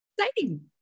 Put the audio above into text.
Exciting